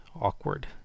Awkward